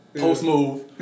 post-move